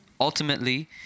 Ultimately